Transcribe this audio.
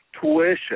tuition